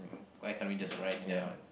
why can't we just write down